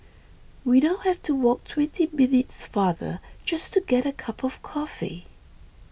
we now have to walk twenty minutes farther just to get a cup of coffee